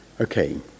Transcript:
Okay